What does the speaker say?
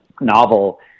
novel